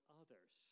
others